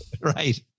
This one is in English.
Right